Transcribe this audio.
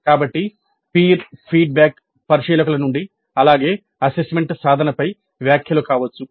కాబట్టి peer feedback పరిశీలకుల నుండి అలాగే అసెస్మెంట్ సాధనపై వ్యాఖ్యలు కావచ్చు